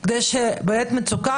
כי זה קריטי וחשוב,